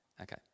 Okay